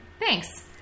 Thanks